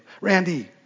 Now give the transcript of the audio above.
Randy